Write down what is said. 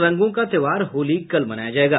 रंगों का त्योहार होली कल मनाया जायेगा